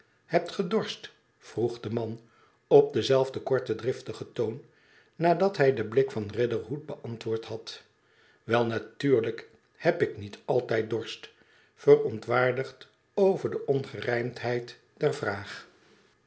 hebt ge dorst vroeg de man op den zelfden korten driftigen toon nadat hij den blik van riderhood beantwoord had wel natuurlijk heb ik niet altijd dorst verontwaardigd over de ongerijmdheid der